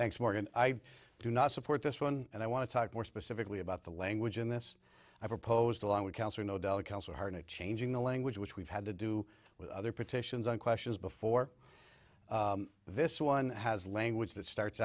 thanks morgan i do not support this one and i want to talk more specifically about the language in this i proposed along with cancer no delicate also hard to changing the language which we've had to do with other petitions on questions before this one has language that starts